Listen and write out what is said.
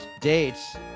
dates